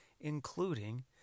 Including